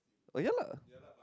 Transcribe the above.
oh ya lah